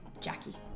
Jackie